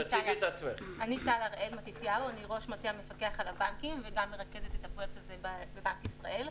אני ראש מטה המפקח על הבנקים וגם מרכזת את הפרויקט הזה בבנק ישראל.